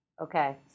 Okay